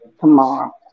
tomorrow